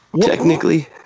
Technically